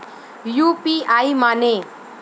UPI माने?